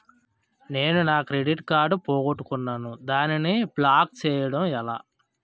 నేను నా credit card పోగొట్టుకున్నాను దానిని బ్లాక్ చేయడం ఎలా?